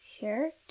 shirt